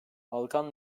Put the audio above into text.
balkan